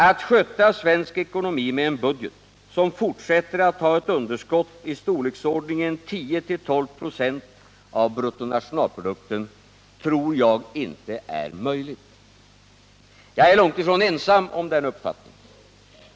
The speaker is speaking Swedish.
Att sköta svensk ekonomi med en budget, som fortsätter att ha ett underskott i storleksordningen 10-12 96 av bruttonationalprodukten, tror jag inte är möjligt. Jag är långt ifrån ensam om den uppfattningen.